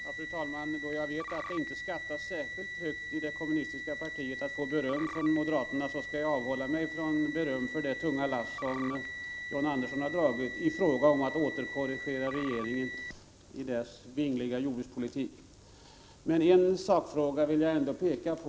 Fru talman! Då jag vet att det i det kommunistiska partiet inte skattas särskilt högt att få beröm från moderaterna, skall jag avhålla mig från att ge John Andersson beröm för att han har dragit ett tungt lass i fråga om att korrigera regeringen i dess vingliga jordbrukspolitik. Men en sakfråga vill jag ändå peka på.